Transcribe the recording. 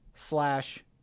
Slash